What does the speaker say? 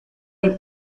del